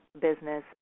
business